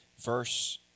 Verse